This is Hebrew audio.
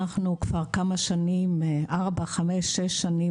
אנחנו כבר חמש או שש שנים,